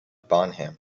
bonham